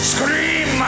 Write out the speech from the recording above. Scream